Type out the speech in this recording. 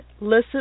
listen